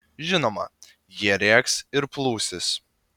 žinoma jie rėks ir plūsis